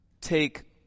take